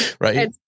Right